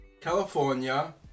California